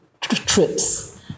trips